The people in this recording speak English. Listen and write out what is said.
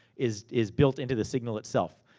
is is built into the signal itself.